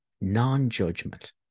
non-judgment